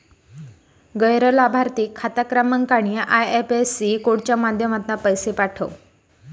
गैर लाभार्थिक खाता क्रमांक आणि आय.एफ.एस.सी कोडच्या माध्यमातना पैशे पाठव